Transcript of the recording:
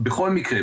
בכל מקרה,